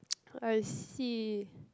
I see